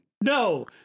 no